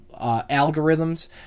algorithms